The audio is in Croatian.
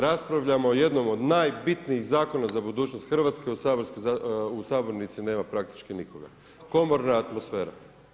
Raspravljamo o jednom od najbitnijih zakona za budućnost Hrvatske, u sabornici nema praktički nikoga, komorna atmosfera.